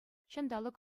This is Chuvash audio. ҫанталӑк